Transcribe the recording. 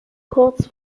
kurz